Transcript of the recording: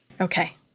Okay